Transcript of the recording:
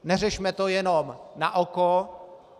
Neřešme to jenom na oko.